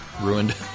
ruined